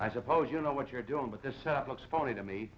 i suppose you know what you're doing with this chap looks funny to me